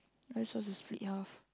are we supposed to split half